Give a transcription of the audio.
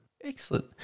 Excellent